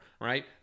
right